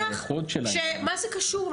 ש --- הייחוד של ה --- אבל מה זה קשור?